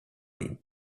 vid